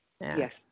Yes